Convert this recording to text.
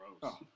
gross